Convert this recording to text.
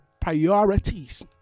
priorities